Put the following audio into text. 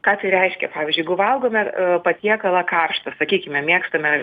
ką tai reiškia pavyzdžiui jeigu valgome patiekalą karštą sakykime mėgstame